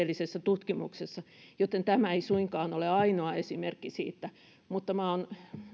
tutkimuksessa joten tämä ei suinkaan ole ainoa esimerkki siitä mutta minä olen